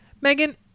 megan